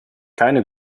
keine